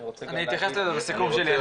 אני אתייחס לזה בסיכום שלי.